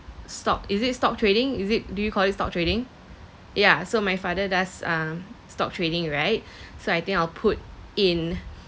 stock is it stock trading is it do you call it stock trading yeah so my father does um stock trading right so I think I'll put in